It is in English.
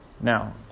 Now